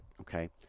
Okay